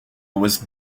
was